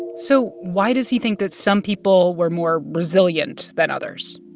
so why does he think that some people were more resilient than others?